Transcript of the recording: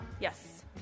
Yes